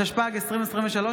התשפ"ג 2023,